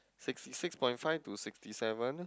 sixty six point five to sixty seven